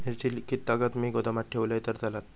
मिरची कीततागत मी गोदामात ठेवलंय तर चालात?